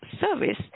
service